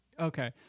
Okay